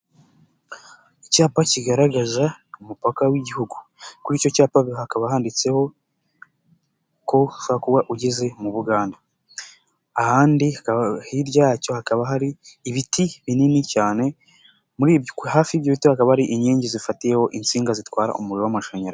Icyapa kigaragaza umupaka w'igihugu. Kuri icyo cyapa hakaba handitse ko ugeze mu Bugande. Ahandi hirya yacyo hakaba hari ibiti binini cyane, hafi y'ibyo biti hakakaba hari inkingi zifatiyeho insinga zitwara umuriro w'amashanyazi.